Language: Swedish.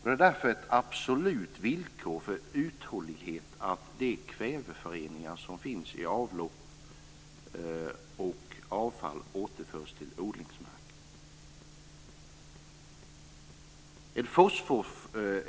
Det är därför ett absolut villkor för uthållighet att de kväveföreningar som finns i avlopp och avfall återförs till odlingsmarken.